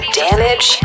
damage